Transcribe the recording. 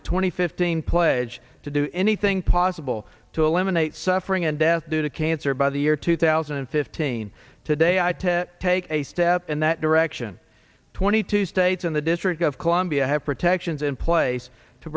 and fifteen play edge to do anything possible to eliminate suffering and death due to cancer by the year two thousand and fifteen today i had to take a step in that direction twenty two states in the district of columbia have protections in place to